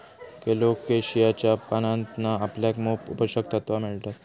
कोलोकेशियाच्या पानांतना आपल्याक मोप पोषक तत्त्वा मिळतत